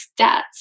stats